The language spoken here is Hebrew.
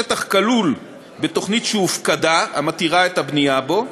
השטח כלול בתוכנית שהופקדה המתירה את הבנייה בו,